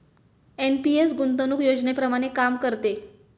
NPS गुंतवणूक योजनेप्रमाणे काम करते